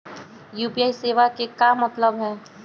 UPI सेवा के का मतलब है?